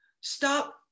stop